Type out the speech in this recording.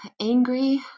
angry